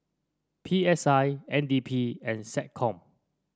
P S I N D P and SecCom